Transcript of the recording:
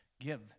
give